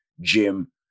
Jim